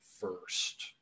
first